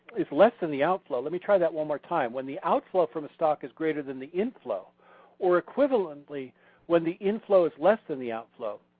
is less than the outflow let me try that one more time. when the outflow from a stock is greater than the inflow or equivalently when the inflow is less than the outflow,